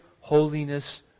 holiness